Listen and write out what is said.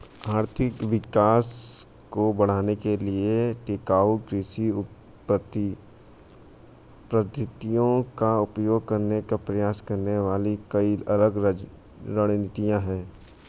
आर्थिक विकास को बढ़ाने के लिए टिकाऊ कृषि पद्धतियों का उपयोग करने का प्रयास करने वाली कई अलग रणनीतियां हैं